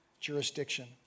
jurisdiction